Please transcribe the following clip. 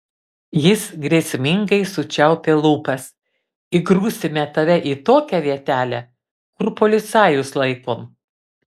jis grėsmingai sučiaupė lūpas įgrūsime tave į tokią vietelę kur policajus laikom